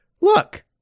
Look